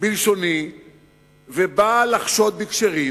בלשוני ובל אחשוד בכשרים,